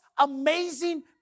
amazing